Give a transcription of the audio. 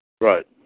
Right